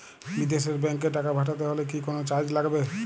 বিদেশের ব্যাংক এ টাকা পাঠাতে হলে কি কোনো চার্জ লাগবে?